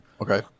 Okay